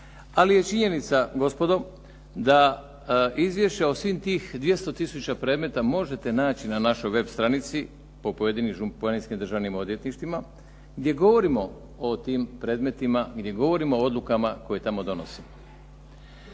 Ali je činjenica gospodo da izvješće od svih tih 200 tisuća predmeta možete naći na našoj web stranici po pojedinim županijskim državnim odvjetništvima gdje govorimo o tim predmetima, gdje govorimo o odlukama koje tamo donosimo.